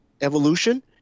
evolution